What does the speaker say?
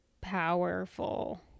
powerful